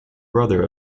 brother